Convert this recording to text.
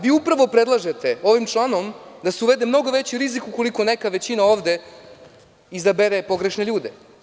Vi upravo predlažete ovim članom da se uvede mnogo veći rizik ukoliko neka većina ovde izabere pogrešne ljude.